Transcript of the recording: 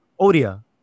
Odia